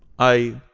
i.